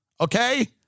okay